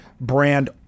brand